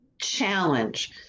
challenge